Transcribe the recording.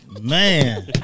Man